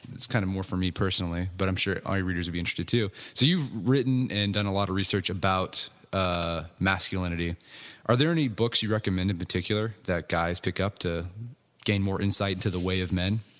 it's kind of more for me personally, but i'm sure, all your readers will be interested too. so you've written and done a lot of research about ah masculinity are there any books you recommend in particular that guys pick up to gain more insight into the way of men.